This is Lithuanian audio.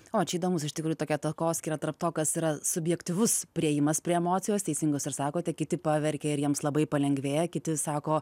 o čia įdomus iš tikrųjų tokia takoskyra tarp to kas yra subjektyvus priėjimas prie emocijos teisingai jūs ir sakote kiti paverkia ir jiems labai palengvėja kiti sako